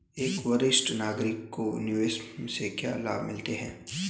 एक वरिष्ठ नागरिक को निवेश से क्या लाभ मिलते हैं?